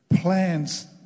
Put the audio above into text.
plans